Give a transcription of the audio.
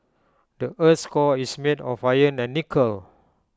the Earth's core is made of iron and nickel